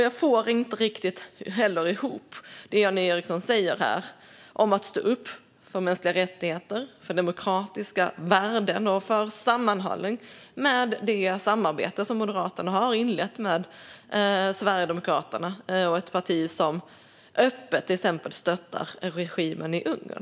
Jag får inte heller riktigt ihop det Jan Ericson säger om att stå upp för mänskliga rättigheter, demokratiska värden och sammanhållning med det samarbete som Moderaterna har inlett med Sverigedemokraterna, ett parti som exempelvis öppet stöttar regimen i Ungern.